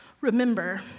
remember